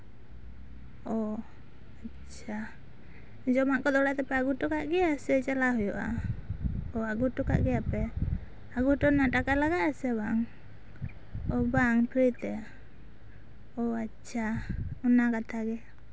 ᱳ ᱟᱪᱪᱷᱟ ᱡᱚᱢᱟᱜ ᱠᱚᱫᱚ ᱚᱲᱟᱜ ᱛᱮᱯᱮ ᱟᱹᱜᱩ ᱦᱚᱴᱚ ᱠᱟᱜ ᱜᱮᱭᱟ ᱥᱮ ᱪᱟᱞᱟᱣ ᱦᱩᱭᱩᱜᱼᱟ ᱚ ᱟᱹᱜᱩ ᱦᱚᱴᱚ ᱠᱟᱜ ᱜᱮᱭᱟ ᱯᱮ ᱟᱹᱜᱩ ᱦᱚᱴᱚ ᱨᱮᱱᱟᱜ ᱴᱟᱠᱟ ᱞᱟᱜᱟᱜᱼᱟ ᱥᱮ ᱵᱟᱝ ᱳ ᱵᱟᱝ ᱯᱷᱨᱤ ᱛᱮ ᱳ ᱟᱪᱪᱷᱟ ᱚᱱᱟ ᱠᱟᱛᱷᱟ ᱜᱮ